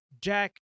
jack